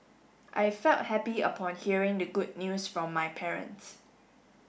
I felt happy upon hearing the good news from my parents